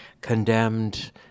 condemned